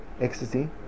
Ecstasy